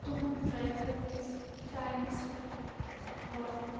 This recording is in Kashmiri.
تُہُنٛد ڈرایوَر گَژھِ ٹایمَس پیٹھ واتُن